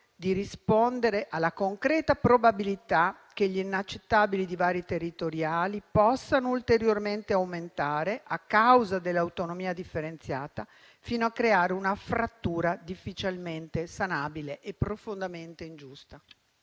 di rispondere alla concreta probabilità che gli inaccettabili divari territoriali possano ulteriormente aumentare a causa dell'autonomia differenziata, fino a creare una frattura difficilmente sanabile e profondamente ingiusta.